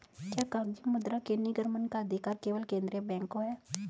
क्या कागजी मुद्रा के निर्गमन का अधिकार केवल केंद्रीय बैंक को है?